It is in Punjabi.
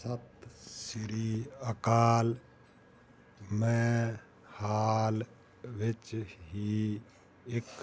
ਸਤਿ ਸ੍ਰੀ ਅਕਾਲ ਮੈਂ ਹਾਲ ਵਿੱਚ ਹੀ ਇੱਕ